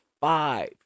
five